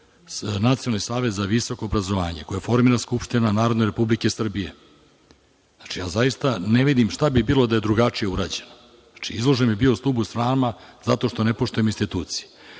za visoko obrazovanje, koje formira Skupština Narodne Republike Srbije, znači ja zaista ne vidim šta bi bilo da je drugačije urađeno. Znači, izložen bi bio stubu srama zato što ne poštujem institucije. Takođe,